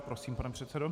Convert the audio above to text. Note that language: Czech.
Prosím, pane předsedo.